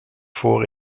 voor